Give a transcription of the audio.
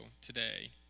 today